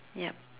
yup